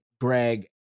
Greg